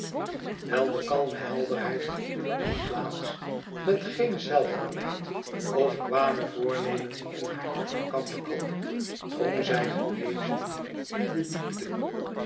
wijl de kalme helderheid van uur en plaats met geen zelfverwijt of kwade voornemens in haar hart te kampen had drong zij genezend in de diepte